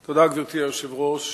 תודה, גברתי היושב-ראש,